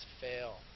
fail